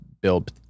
build